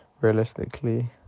realistically